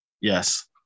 Yes